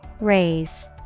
Raise